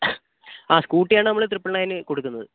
ആ സ്കൂട്ടി ആണ് നമ്മൾ ത്രിപ്പിൾ നയന് കൊടുക്കുന്നത്